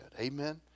Amen